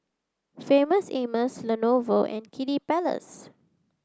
Famous Amos Lenovo and Kiddy Palace